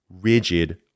rigid